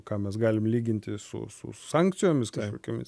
ką mes galim lyginti su su sankcijomis kažkokiomis